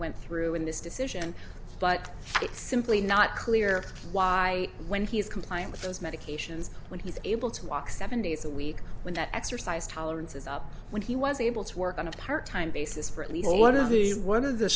went through in this decision but it's simply not clear why when he's complying with those medications when he's able to walk seven days a week without exercise tolerance is up when he was able to work on a part time basis for at least one of the